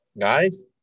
Guys